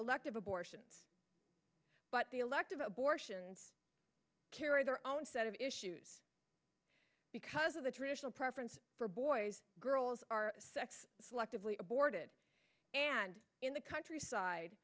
elective abortions but the elective abortions carry their own set of issues because of the traditional preference for boys and girls are sex selectively aborted and the countryside